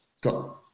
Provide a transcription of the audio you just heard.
got